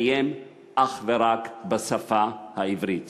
תתקיים אך ורק בשפה העברית.